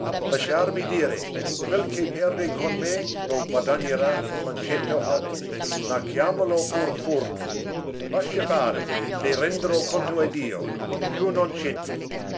lasciami dire quel che perde con me lo guadagnerà con cento altri ma chiamalo pur furto lascia fare ne renderò conto a dio tu non